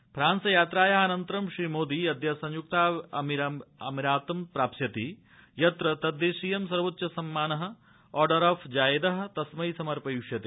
फ्रांसयात्रायाः अनन्तरं श्रीमोदी अद्य संयुक्तारबामीरातं प्राप्स्यति यत्र तद्देशीयः सर्वोच्च सम्मानः ऑडर ऑफ जायेदः तस्मै समपंथिष्यते